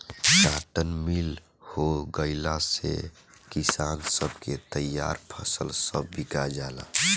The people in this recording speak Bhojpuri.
काटन मिल हो गईला से किसान सब के तईयार फसल सब बिका जाला